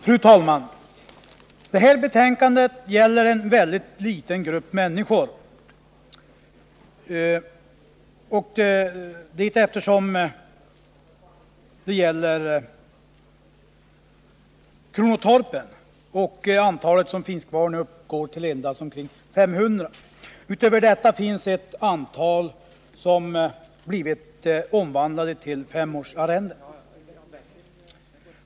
Fru talman! Detta betänkande gäller en mycket liten grupp människor. Antalet kvarvarande kronotorp uppgår nämligen till endast omkring 500 — därutöver finns ett antal torp som blivit omvandlade till femårsarrenden.